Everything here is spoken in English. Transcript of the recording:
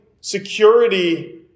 security